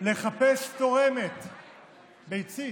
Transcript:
לחפש תורמת ביצית,